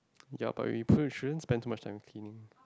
ya but we shouldn't spend so much time cleaning